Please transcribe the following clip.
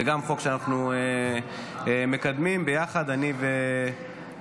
זה גם חוק שאנחנו מקדמים ביחד אני ורון,